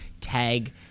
Tag